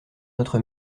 notre